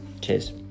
Cheers